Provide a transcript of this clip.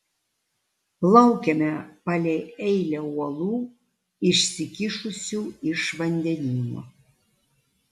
plaukėme palei eilę uolų išsikišusių iš vandenyno